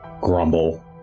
grumble